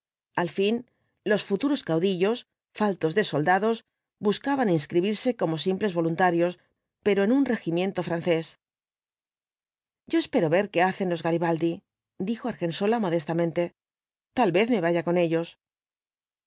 al fin los futuros caudillos faltos de soldados buscaban inscribirse como simples voluntarios pero en un regimiento francés yo espero á ver qué hacen los garibaldi dijo argensola modestamente tal vez me vaya con ellos